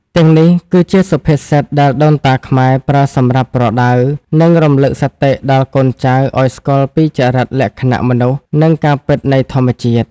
ទាំងនេះគឺជាសុភាសិតដែលដូនតាខ្មែរប្រើសម្រាប់ប្រដៅ និងរំលឹកសតិដល់កូនចៅឱ្យស្គាល់ពីចរិតលក្ខណៈមនុស្ស និងការពិតនៃធម្មជាតិ។